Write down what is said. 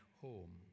home